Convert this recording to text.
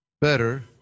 better